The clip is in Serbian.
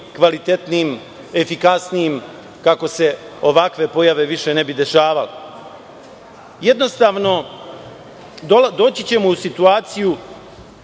kvalitetnijim, efikasnijim, kako se ovakve pojave više ne bi dešavale. Jednostavno, doći ćemo u situaciju